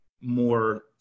more